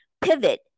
Pivot